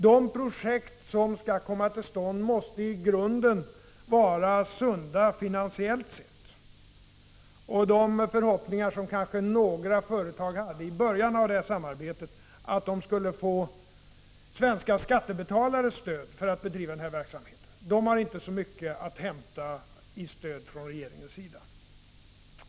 De projekt som skall komma till stånd måste i grunden vara sunda finansiellt sett. De företag som i början av samarbetet kanske hade förhoppningar om att de via de svenska skattebetalarna skulle kunna finansiera den här verksamheten har inte så mycket att hämta i fråga om stöd från regeringens sida.